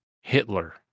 hitler